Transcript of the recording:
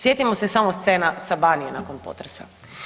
Sjetimo se samo scena sa Banije nakon potresa.